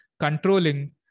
controlling